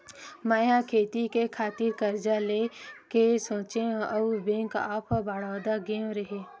मै ह खेती करे खातिर करजा लेय के सोचेंव अउ बेंक ऑफ बड़ौदा गेव रेहेव